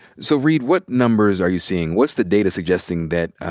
so, reed, what numbers are you seeing? what's the data suggesting that,